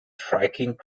striking